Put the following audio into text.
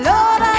Lord